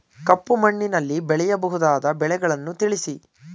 ಕಪ್ಪು ಮಣ್ಣಿನಲ್ಲಿ ಬೆಳೆಯಬಹುದಾದ ಬೆಳೆಗಳನ್ನು ತಿಳಿಸಿ?